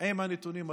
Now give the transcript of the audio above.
עם הנתונים הללו?